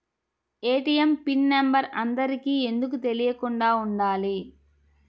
ATM pin number అందరికి ఎందుకు తెలియకుండా ఉండాలి?